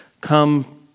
come